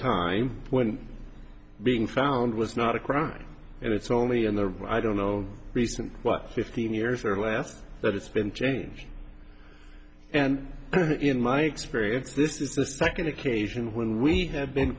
time when being found was not a crime and it's only in the i don't know recent what fifteen years or less that it's been changed and in my experience this is the second occasion when we have been